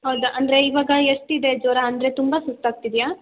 ಹೌದಾ ಅಂದರೆ ಇವಾಗ ಎಷ್ಟು ಇದೆ ಜ್ವರ ಅಂದರೆ ತುಂಬ ಸುಸ್ತಾಗ್ತಿದೆಯಾ